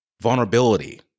vulnerability